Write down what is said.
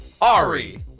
Ari